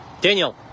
Daniel